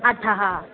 अतः